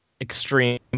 extreme